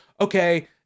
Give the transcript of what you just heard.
okay